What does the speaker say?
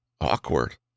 Awkward